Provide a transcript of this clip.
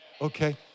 Okay